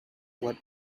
what